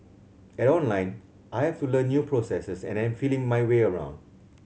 at Online I have to learn new processes and am feeling my way around